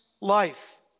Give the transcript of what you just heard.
life